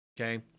Okay